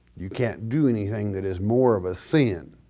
you can't do anything that is more of a sin